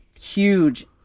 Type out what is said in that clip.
huge